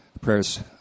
prayers